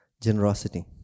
Generosity